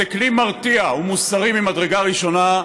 זה כלי מרתיע ומוסרי ממדרגה ראשונה,